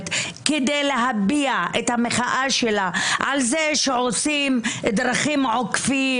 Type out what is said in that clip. כדי להביע את המחאה שלה על זה שעושים דרכים עוקפות